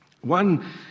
One